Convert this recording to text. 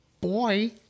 boy